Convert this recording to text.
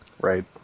Right